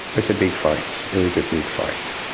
it was a big fight. it was a big fight.